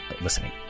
listening